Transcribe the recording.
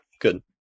good